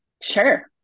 Sure